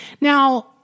Now